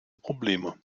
probleme